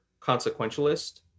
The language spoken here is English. consequentialist